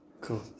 Cool